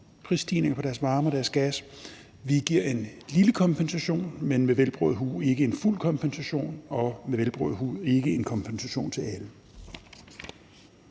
prisstigninger på deres varme og deres gas. Vi giver en lille kompensation, men med velberåd hu ikke en fuld kompensation og med velberåd hu ikke en kompensation til alle.